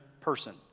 person